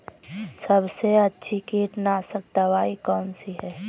सबसे अच्छी कीटनाशक दवाई कौन सी है?